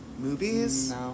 movies